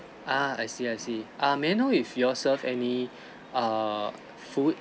ah I see I see err may know if you all serve any food